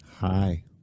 Hi